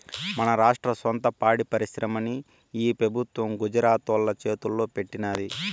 మన రాష్ట్ర సొంత పాడి పరిశ్రమని ఈ పెబుత్వం గుజరాతోల్ల చేతల్లో పెట్టినాది